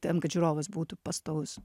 ten kad žiūrovas būtų pastovus